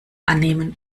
annehmen